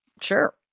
sure